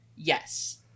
yes